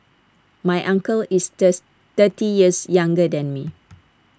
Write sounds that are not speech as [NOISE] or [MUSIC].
my uncle is [UNINTELLIGIBLE] thirty years younger than me